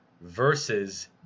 versus